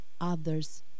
others